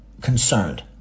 concerned